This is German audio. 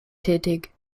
tätig